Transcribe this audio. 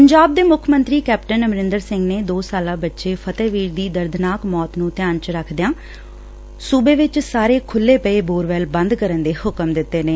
ਪੰਜਾਬ ਦੇ ਮੁੱਖ ਮੰਤਰੀ ਕੈਪਟਨ ਅਮਰੰਦਰ ਸਿੰਘ ਨੇ ਦੋ ਸਾਲਾ ਬੱਚੇ ਫਤਿਹਵੀਰ ਦੀ ਦਰਦਨਾਕ ਮੌਤ ਨੂੰ ਧਿਆਨ ਚ ਰਖਦਿਆਂ ਸੁਬੇ ਵਿਚ ਸਾਰੇ ਖੁੱਲੇ ਪਏ ਬੋਰਵੈੱਲ ਬੰਦ ਕਰਨ ਦੇ ਹੁਕਮ ਦਿੱਤੇ ਨੇ